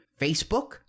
Facebook